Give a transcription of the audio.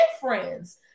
friends